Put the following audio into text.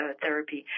therapy